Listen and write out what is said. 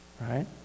right